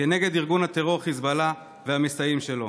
כנגד ארגון הטרור חיזבאללה והמסייעים שלו.